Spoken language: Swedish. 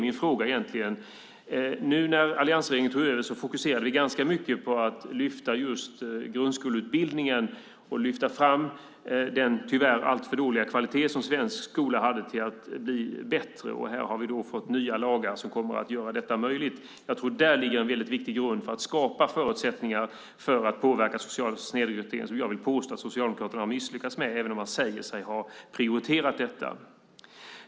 Nu när alliansregeringen tog över fokuserade vi ganska mycket på att lyfta fram just grundskoleutbildningen och se till att den tyvärr alltför dåliga kvalitet svensk skola hade blir bättre. Här har vi fått nya lagar som kommer att göra detta möjligt. Där tror jag att det ligger en viktig grund för att skapa förutsättningar för att påverka social snedrekrytering, vilket jag vill påstå att Socialdemokraterna har misslyckats med även om de säger sig ha prioriterat detta.